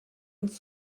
uns